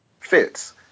fits